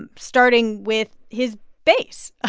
and starting with his base. ah